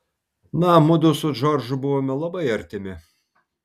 na mudu su džordžu buvome labai artimi